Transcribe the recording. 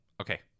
okay